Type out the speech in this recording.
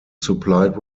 supplied